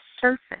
surface